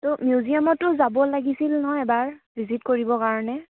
তু মিউজিয়ামটো যাব লাগিছিল নহয় এবাৰ ভিজিট কৰিবৰ কাৰণে